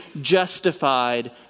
justified